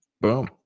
Boom